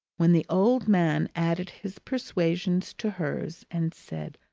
when the old man added his persuasions to hers and said,